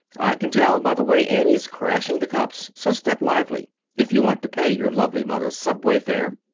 i can tell by the way annie's crashing the cups. so step lively if you want to pay your lovely mother's subway fare.